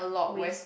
ways